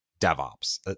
DevOps